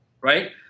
right